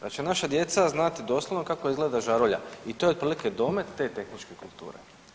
Da će naša djeca znati doslovno kako izgleda žarulja i to je otprilike domet te tehničke kulture.